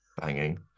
Banging